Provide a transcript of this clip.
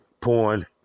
porn